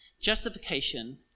Justification